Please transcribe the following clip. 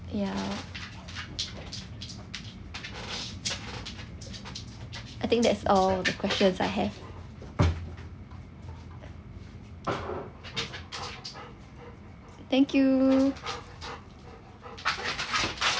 ya I think that's all the questions I have thank you